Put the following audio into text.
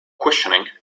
questioning